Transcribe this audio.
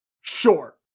Sure